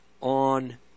on